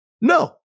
no